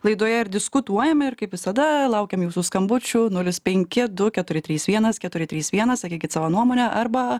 laidoje ir diskutuojame ir kaip visada laukiam jūsų skambučių nulis penki du keturi trys vienas keturi trys vienas sakykit savo nuomonę arba